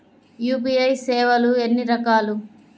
UPI సేవలు ఎన్నిరకాలు?